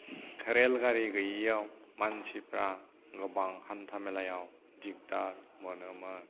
rail गारि गैयियाव मानसिफ्रा गोबां हान्थामेलायाव दिगदार मोनोमोन